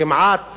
כמעט